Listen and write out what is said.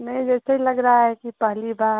नहीं जैसे लग रहा है कि पहली बार